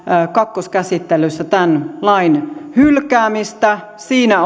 kakkoskäsittelyssä tämän lain hylkäämistä siinä